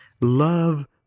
Love